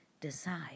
decide